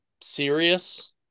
serious